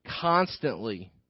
constantly